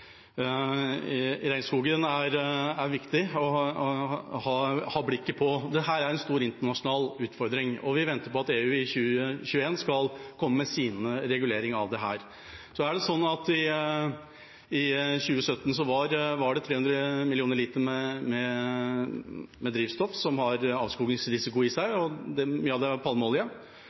å ha blikket på dette. Dette er en stor internasjonal utfordring, og vi venter på at EU i 2021 skal komme med sin regulering av dette. Så er det slik at i 2017 var det 300 millioner liter drivstoff med avskogingsrisiko – mye av det var palmeolje. I fjor var det redusert til under 100 millioner liter. Nå er